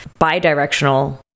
bidirectional